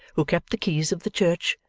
who kept the keys of the church,